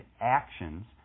actions